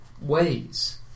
ways